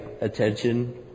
attention